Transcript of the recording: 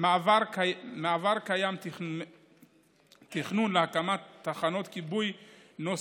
קיים תכנון להקמת תחנות כיבוי נוספות,